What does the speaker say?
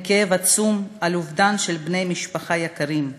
כאב עצום על אובדן של בני משפחה יקרים: